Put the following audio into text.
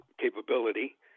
capability